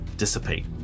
Dissipate